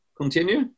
continue